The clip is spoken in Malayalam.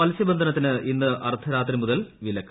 മത്സ്യബന്ധനത്തിന് ഇന്ന് അർധരാത്രി മുതൽ വിലക്ക്